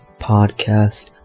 Podcast